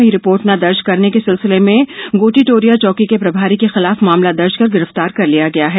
वहीं रिपोर्ट न दर्ज करने के सिलसिले में गोटीटोरिया चौकी के प्रभारी के खिलाफ मामला दर्ज कर गिरफ्तार कर लिया गया है